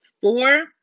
Four